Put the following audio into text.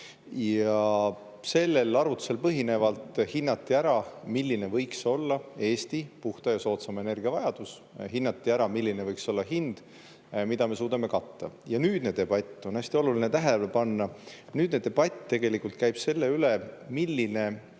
Selle arvutuse põhjal hinnati ära, milline võiks olla Eesti puhta ja soodsama energia vajadus ning milline võiks olla hind, mida me suudame katta. On hästi oluline tähele panna, et nüüdne debatt tegelikult käib selle üle, milline